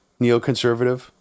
neoconservative